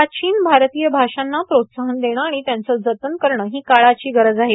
प्राचीन भारतीय भाषांना प्रोत्साहन देणं आर्गण त्यांचं जतन करणं हों काळाची गरज आहे